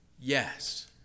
yes